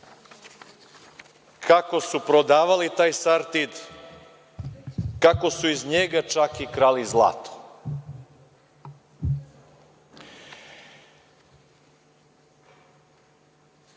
kako su prodavali taj „Sartid“, kako su iz njega čak i krali zlato. Pošto